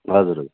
हजुर